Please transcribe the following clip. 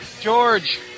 George